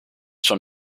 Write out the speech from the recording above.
schon